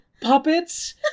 puppets